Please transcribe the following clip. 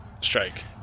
strike